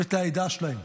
ואת העדה שלהם.